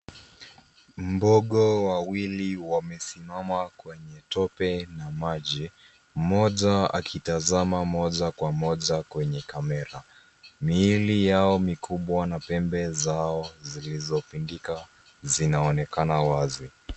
Mbogo wawili wamesimama kwenye tope, mmoja akitazama moja kwa moja kwenye kamera. Miili yao mikubwa na pembe zao zilizopindika zinaoenaka wazi.